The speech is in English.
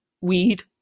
weed